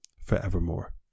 forevermore